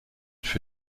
für